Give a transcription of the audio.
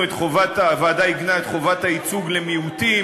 הוועדה עיגנה את חובת הייצוג למיעוטים.